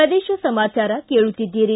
ಪ್ರದೇಶ ಸಮಾಚಾರ ಕೇಳುತ್ತೀದ್ದಿರಿ